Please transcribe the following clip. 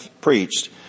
preached